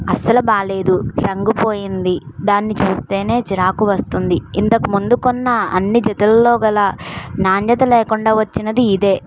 అసలు బాలేదు రంగు పోయింది దాన్ని చూస్తే చిరాకు వస్తుంది ఇంతకు ముందుకొన్న అన్ని జతలలో గల నాణ్యత లేకుండా వచ్చినది ఇదే